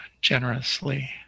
generously